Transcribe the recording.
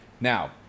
Now